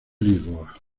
lisboa